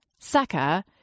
Saka